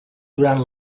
durant